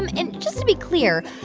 and and just to be clear,